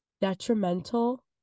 detrimental